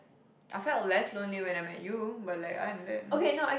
I feel less lonely when I met you but let on than